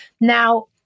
Now